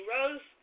Rose